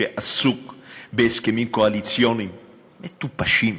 שעסוק בהסכמים קואליציוניים מטופשים,